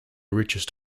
richest